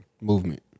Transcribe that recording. movement